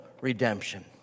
redemption